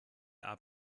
abend